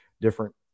different